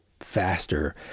faster